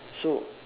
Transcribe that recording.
so